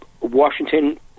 Washington